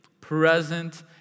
present